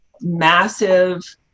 massive